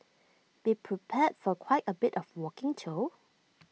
be prepared for quite A bit of walking though